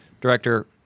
director